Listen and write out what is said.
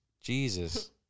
Jesus